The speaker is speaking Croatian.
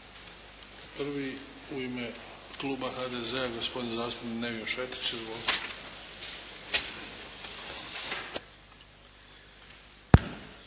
Prvi, u ime Kluba HDZ-a, gospodin zastupnik Nevio Šetić.